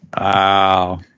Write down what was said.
Wow